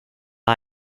his